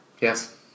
Yes